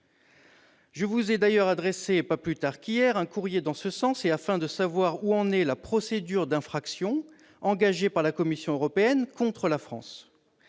Je vous ai d'ailleurs adressé pas plus tard qu'hier un courrier afin de savoir où en est la procédure d'infraction engagée par la Commission européenne contre la France.